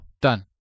done